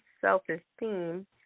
self-esteem